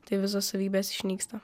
tai visos savybės išnyksta